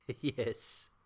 Yes